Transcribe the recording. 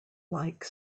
like